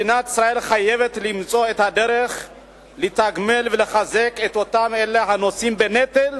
מדינת ישראל חייבת למצוא את הדרך לתגמל ולחזק את אותם אלו הנושאים בנטל